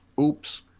oops